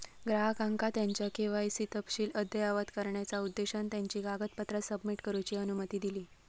ग्राहकांका त्यांचो के.वाय.सी तपशील अद्ययावत करण्याचा उद्देशान त्यांची कागदपत्रा सबमिट करूची अनुमती दिली